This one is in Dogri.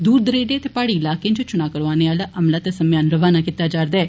दूर दरेडे ते पहाड़ी इलाकें च चुना करोआने आला अमला ते समेयान रवाना कीता जारदा ऐ